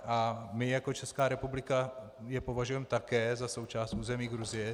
A my jako Česká republika je považujeme také za součást území Gruzie?